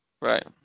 Right